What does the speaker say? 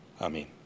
Amen